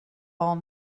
all